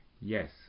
Yes